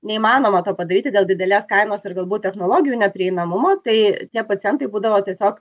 neįmanoma to padaryti dėl didelės kainos ir galbūt technologijų neprieinamumo tai tie pacientai būdavo tiesiog